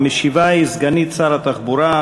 המשיבה היא סגנית שר התחבורה,